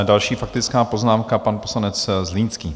Další faktická poznámka, pan poslanec Zlínský.